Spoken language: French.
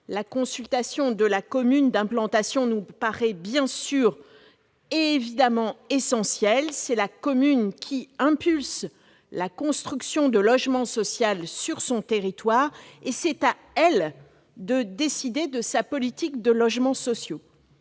La consultation de la commune d'implantation nous paraît évidemment essentielle : c'est la commune qui impulse la construction de logement social sur son territoire, et c'est à elle de décider de sa politique de logements sociaux.